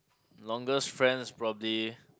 longest friends probably